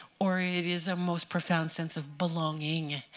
or it is a most profound sense of belonging,